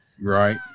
Right